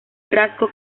rasgo